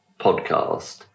podcast